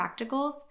practicals